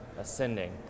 ascending